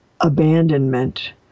abandonment